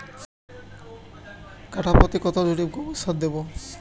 কাঠাপ্রতি কত ঝুড়ি গোবর সার দেবো?